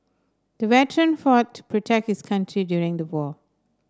the veteran fought to protect his country during the war